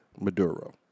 Maduro